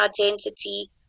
identity